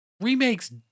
remakes